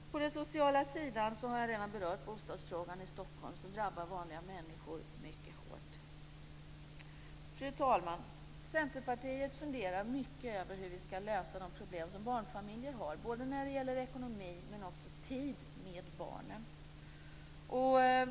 På den sociala sidan har jag redan berört bostadsfrågan i Stockholm som drabbar vanliga människor mycket hårt. Fru talman! Centerpartiet funderar mycket över hur vi skall lösa de problem som barnfamiljer har när det gäller ekonomi, men också när det gäller tid med barnen.